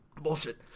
Bullshit